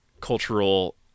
Cultural